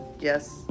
Yes